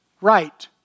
right